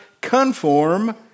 conform